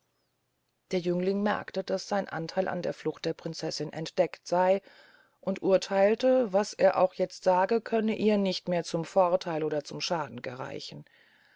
der jüngling merkte daß sein antheil an der flucht der prinzessin entdeckt sey und urtheilte was er auch jetzt sage könne ihr nicht mehr zum vortheil oder zum schaden gereichen